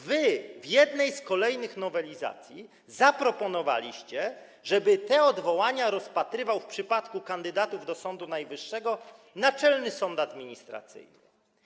Wy w jednej z kolejnych nowelizacji zaproponowaliście, żeby te odwołania rozpatrywał w przypadku kandydatów do Sądu Najwyższego Naczelny Sąd Administracyjny.